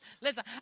Listen